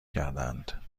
کردهاند